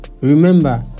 Remember